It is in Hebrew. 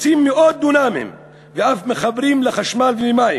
מקצים מאות דונמים ואף מחברים אותו לחשמל ולמים.